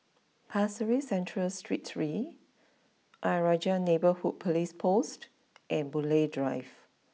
Pasir Ris Central Street three Ayer Rajah Neighbourhood police post and Boon Lay Drive